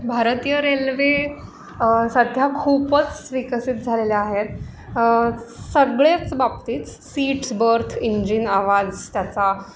भारतीय रेल्वे सध्या खूपच विकसित झालेल्या आहेत सगळेच बाबती सीट्स बर्थ इंजिन आवाज त्याचा